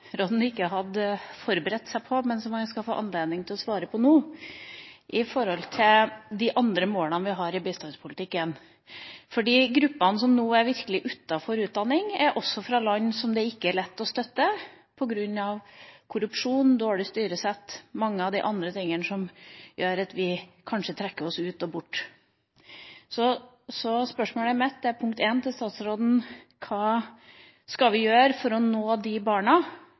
ikke hadde forberedt seg på, men som han skal få anledning til å si noe om nå – om de andre målene vi har i bistandspolitikken. De gruppene som virkelig er utenfor når det gjelder utdanning, er fra land som det ikke er lett å støtte på grunn av korrupsjon, dårlig styresett og mange av de andre tingene, som gjør at vi kanskje trekker oss ut og bort. Spørsmålet mitt – punkt 1 – til utenriksministeren er: Hva skal vi gjøre for å nå de barna